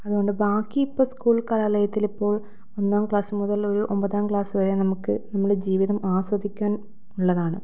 അതുകൊണ്ട് ബാക്കി ഇപ്പം സ്കൂൾ കലാലയത്തിൽ ഇപ്പം ഒന്നാം ക്ലാസ് മുതൽ ഒരു ഒൻപതാം ക്ലാസ് വരെ നമുക്ക് നമ്മുടെ ജീവിതം ആസ്വദിക്കാൻ ഉള്ളതാണ്